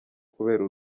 kubera